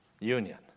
union